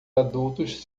adultos